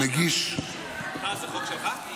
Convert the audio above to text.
זה חוק שלך?